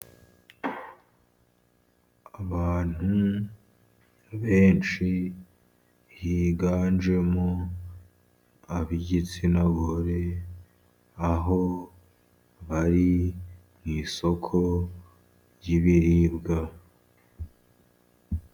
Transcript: Abantu benshi higanjemo ab'igitsina gore, aho bari mu isoko ry'ibiribwa.